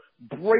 break